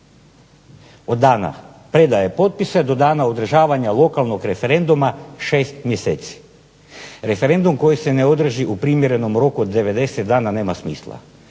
od dana predaje potpisa do dana održavanja lokalnog referenduma šest mjeseci. Referendum koji se ne održi u primjerenom roku od 90 dana nema smisla